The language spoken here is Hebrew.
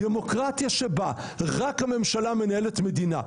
דמוקרטיה שבה רק הממשלה מנהלת מדינה,